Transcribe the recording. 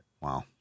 Wow